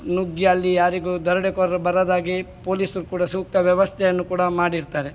ನುಗ್ಗಿ ಅಲ್ಲಿ ಯಾರಿಗೂ ದರೋಡೆಕೋರರು ಬರದಾಗಿ ಪೋಲಿಸ್ರು ಕೂಡ ಸೂಕ್ತ ವ್ಯವಸ್ಥೆಯನ್ನು ಕೂಡ ಮಾಡಿರ್ತಾರೆ